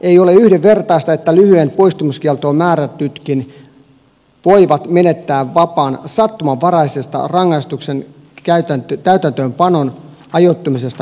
ei ole yhdenvertaista että lyhyeen poistumiskieltoon määrätytkin voivat menettää vapaansa sattumanvaraisesta rangaistuksen täytäntöönpanon ajoittumisesta johtuen